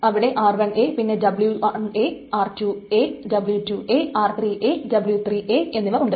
അവിടെ r1 പിന്നെ W1 r2 W2 r3 W3 എന്നിവ ഉണ്ട്